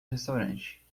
restaurante